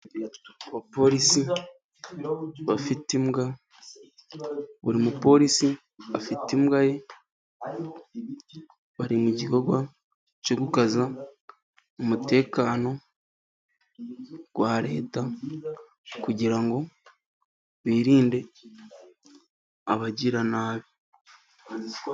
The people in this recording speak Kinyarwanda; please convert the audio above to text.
Abapolisi bafite imbwa, buri mupolisi afite imbwa ye bari mu gikorwa cyo gukaza umutekano wa leta, kugira ngo birinde abagiranabi.